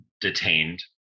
detained